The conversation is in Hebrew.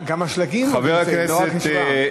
גם השלגים עוד נמצאים, לא רק אשפה.